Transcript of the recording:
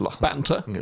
Banter